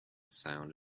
sound